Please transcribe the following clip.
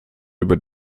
über